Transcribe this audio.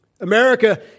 America